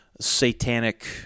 satanic